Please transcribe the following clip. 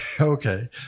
okay